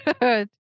good